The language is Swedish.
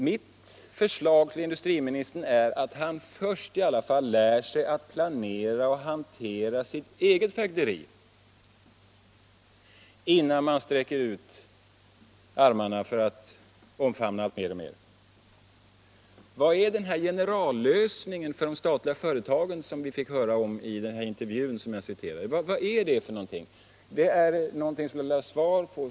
Mitt förslag till industriministern är att han först lär sig att planera och hantera sitt eget fögderi, innan man sträcker ut armarna för att omfamna mer och mer. Vad är den här generallösningen för de statliga företagen som vi fick höra om i den intervju jag citerade? Det är något som jag vill ha svar på.